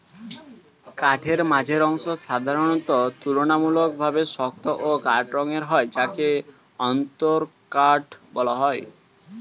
কাঠের মাঝের অংশ সাধারণত তুলনামূলকভাবে শক্ত ও গাঢ় রঙের হয় যাকে অন্তরকাঠ বলা হয়